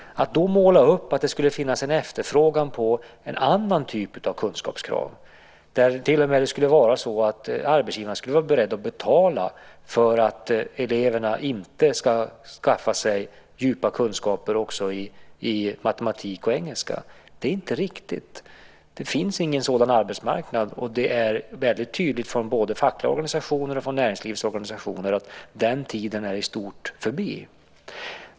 Att då måla upp att det skulle finnas en efterfrågan på en annan typ av kunskapskrav, där det till och med skulle vara så att arbetsgivaren skulle vara beredd att betala för att eleverna inte ska skaffa sig djupa kunskaper också i matematik och engelska, är inte riktigt. Det finns ingen sådan arbetsmarknad. Det framhålls väldigt tydligt från både fackliga organisationer och näringslivsorganisationer att den tiden i stort sett är förbi.